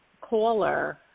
caller